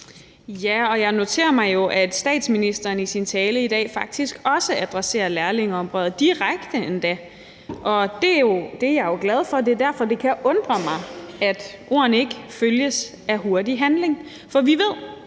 Ja, og jeg noterer mig jo, at statsministeren i sin tale i dag faktisk også adresserer lærlingeoprøret, endda direkte, og det er jeg jo glad for, og det er derfor, det kan undre mig, at ordene ikke følges af en hurtig handling. For vi ved,